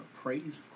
praise